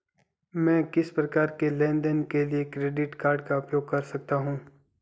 मैं किस प्रकार के लेनदेन के लिए क्रेडिट कार्ड का उपयोग कर सकता हूं?